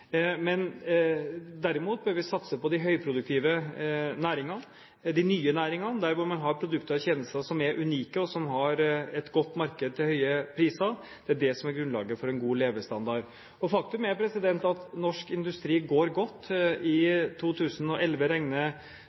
Derimot bør vi satse på de høyproduktive næringene, de nye næringene, der man har produkter og tjenester som er unike, og som har et godt marked til høye priser. Det er det som er grunnlaget for en god levestandard. Faktum er at norsk industri går godt. I 2011